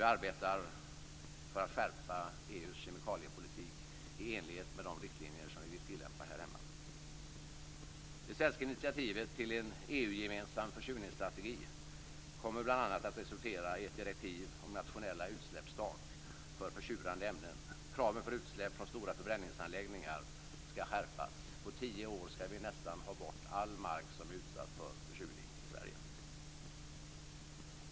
Jag arbetar för att skärpa EU:s kemikaliepolitik i enlighet med de riktlinjer som vi vill tillämpa här hemma. Det svenska initiativet till en EU-gemensam försurningsstrategi kommer bl.a. att resultera i ett direktiv om nationella utsläppstak för försurande ämnen. Kraven för utsläpp från stora förbränningsanläggningar skall skärpas. På tio år skall vi nästan ha bort all mark som utsatts för försurning i Sverige.